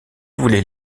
voulait